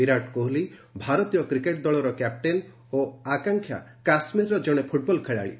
ବିରାଟ କୋହଲି ଭାରତୀୟ କ୍ରିକେଟ ଦଳର କ୍ୟାପ୍ଟେନ୍ ଓ ଆକାଂକ୍ଷା କାଶ୍ମୀରର ଜଣେ ଫୁଟବଲ ଖେଳାଳି